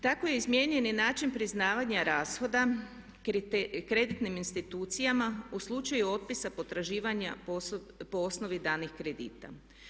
Tako je izmijenjen i način priznavanja rashoda kreditnim institucijama u slučaju otpisa potraživanja po osnovi danih kredita.